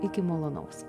iki malonaus